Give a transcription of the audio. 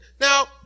Now